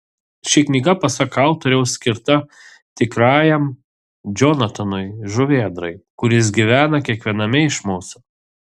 ši knyga pasak autoriaus skirta tikrajam džonatanui žuvėdrai kuris gyvena kiekviename iš mūsų